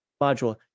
module